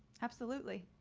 absolutely.